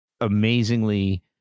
amazingly